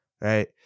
Right